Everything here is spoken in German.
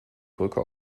brücke